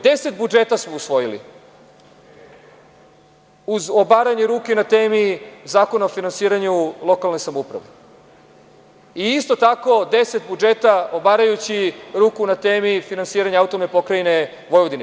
Deset budžeta smo usvojili, uz obaranje ruke na temi Zakona o finansiranju lokalne samouprave, i isto tako, deset budžeta, obarajući ruku, na temi finansiranja AP Vojvodine.